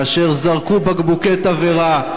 כאשר זרקו בקבוקי תבערה.